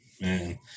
Man